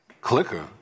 Clicker